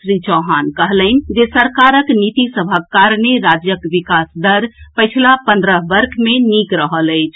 श्री चौहान कहलनि जे सरकारक नीति सभक कारणे राज्यक विकास दर पछिला पन्द्रह वर्ष मे नीक रहल अछि